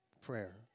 Prayer